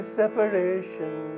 separation